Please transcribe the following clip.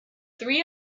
three